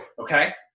Okay